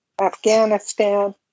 Afghanistan